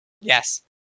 Yes